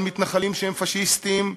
על מתנחלים שהם פאשיסטים,